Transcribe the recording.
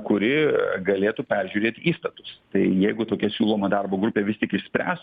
kuri galėtų peržiūrėt įstatus jeigu tokia siūloma darbo grupė vis tik išspręs